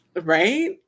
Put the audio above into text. Right